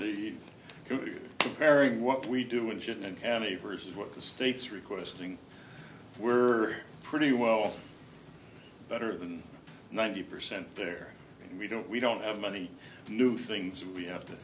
pairing what we do engine and carry versus what the states requesting we're pretty well better than ninety percent there and we don't we don't have money to do things we have to